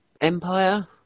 Empire